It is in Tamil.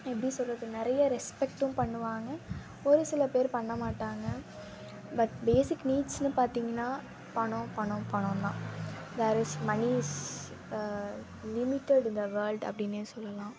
எப்படி சொல்லுறது நிறைய ரெஸ்பெக்ட்டும் பண்ணுவாங்க ஒரு சில பேர் பண்ண மாட்டாங்க பட் பேஸிக் நீட்ஸ்ன்னு பார்த்தீங்கன்னா பணம் பணம் பணந்தான் where is money is limited in the world அப்படின்னே சொல்லலாம்